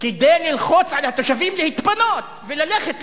כדי ללחוץ על התושבים להתפנות וללכת ליישובים,